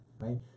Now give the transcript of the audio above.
right